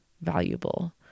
valuable